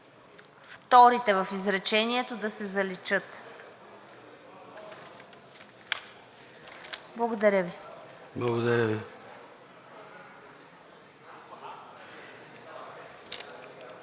вторите в изречението, да се заличат. Благодаря Ви. (Народният